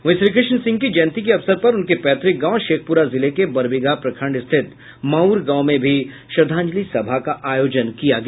वहीं श्रीकृष्ण सिंह की जयंती के अवसर पर उनके पैतृक गांव शेखपुरा जिले के बरबीघा प्रखंड स्थित माउर गांव में भी श्रद्धांजलि सभा का आयोजन किया गया